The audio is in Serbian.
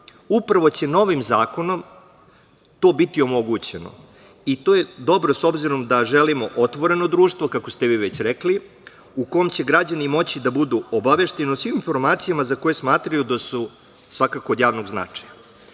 tako. Upravo će novim zakonom to biti omogućeno. I to je dobro, s obzirom da želimo otvoreno društvo, kako ste vi već rekli, u kom će građani moći da budu obavešteni o svim informacijama za koje smatraju da su svakako od javnog značaja. Isto